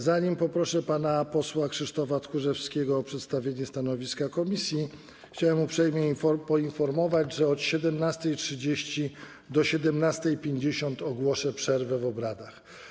Zanim poproszę pana posła Krzysztofa Tchórzewskiego o przedstawienie stanowiska komisji, chciałem uprzejmie poinformować, że od 17.30 do 17.50 ogłoszę przerwę w obradach.